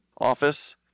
office